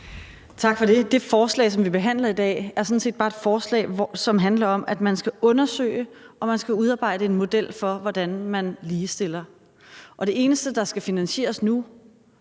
Tak for det. Det forslag, som vi behandler i dag, er sådan set bare et forslag, som handler om, at man skal undersøge og man skal udarbejde en model for, hvordan man ligestiller, og det eneste, der skal finansieres nu,